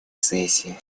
сессии